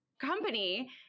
company